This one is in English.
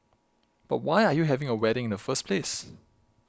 but why are you having a wedding in the first place